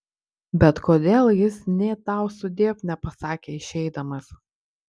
bet kodėl jis nė tau sudiev nepasakė išeidamas